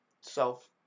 self